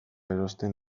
erosten